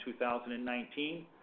2019